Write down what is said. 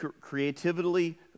creatively